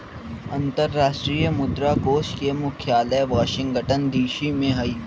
अंतरराष्ट्रीय मुद्रा कोष के मुख्यालय वाशिंगटन डीसी में हइ